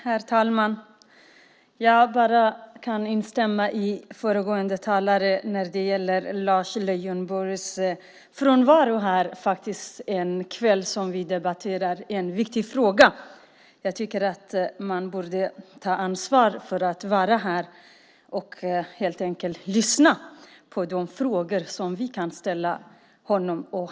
Herr talman! Jag kan bara instämma med föregående talare när det gäller Lars Leijonborgs frånvaro när vi här i kväll debatterar en viktig fråga. Jag tycker att han borde ta ansvar för att vara här och helt enkelt lyssna på de frågor som vi har till honom.